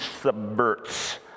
subverts